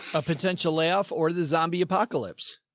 a potential layoff or the zombie apocalypse.